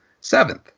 Seventh